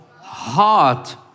heart